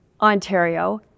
Ontario